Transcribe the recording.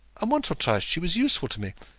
and once or twice she was useful to me.